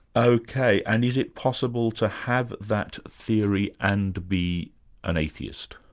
ok, and is it possible to have that theory and be an atheist?